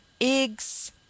eggs